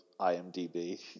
imdb